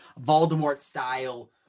Voldemort-style